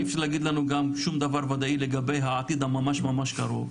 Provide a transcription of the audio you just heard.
אפשר להגיד לנו גם שום דבר ודאי לגבי העתיד הממש קרוב,